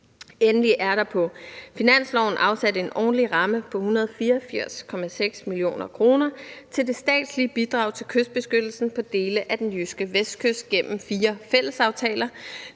Endelig er der på finansloven afsat en årlig ramme på 184,6 mio. kr. til det statslige bidrag til kystbeskyttelsen på dele af den jyske vestkyst gennem fire fællesaftaler,